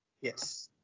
Yes